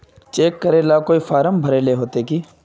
Cheque करेला कोई form भरेले होते की?